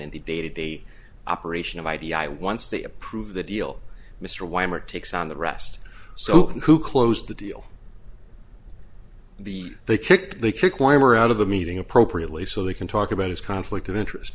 in the day to day operation of id i once they approve the deal mr weimer takes on the rest so who closed the deal the they kicked they kick weimer out of the meeting appropriately so they can talk about his conflict of interest